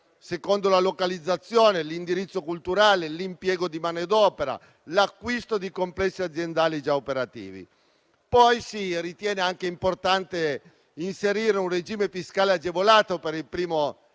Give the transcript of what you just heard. secondo la localizzazione, l'indirizzo colturale, l'impiego di manodopera, l'acquisto di complessi aziendali già operativi. Si ritiene anche importante inserire un regime fiscale agevolato per il primo insediamento